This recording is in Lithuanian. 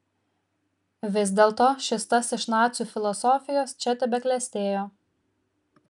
vis dėlto šis tas iš nacių filosofijos čia tebeklestėjo